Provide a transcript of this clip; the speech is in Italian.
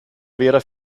vera